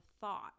thought